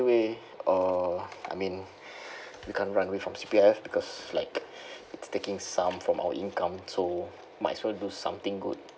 we uh I mean you can't run away from C_P_F because like it's taking some from our income so might as well do something good